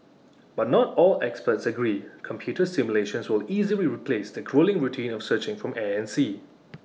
but not all experts agree computer simulations will easily replace the gruelling routine of searching from air and sea